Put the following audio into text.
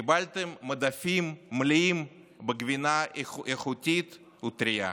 קיבלתם מדפים מלאים בגבינה איכותית וטרייה.